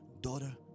daughter